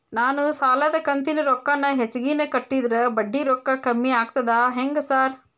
ನಾನ್ ಸಾಲದ ಕಂತಿನ ರೊಕ್ಕಾನ ಹೆಚ್ಚಿಗೆನೇ ಕಟ್ಟಿದ್ರ ಬಡ್ಡಿ ರೊಕ್ಕಾ ಕಮ್ಮಿ ಆಗ್ತದಾ ಹೆಂಗ್ ಸಾರ್?